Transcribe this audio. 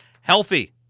healthy